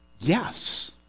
Yes